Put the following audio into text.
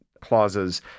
clauses